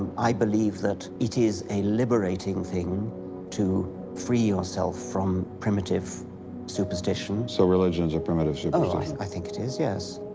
i believe that it is a liberating thing to free yourself from primitive superstition. so religion's a primitive superstition like i think it is, yes.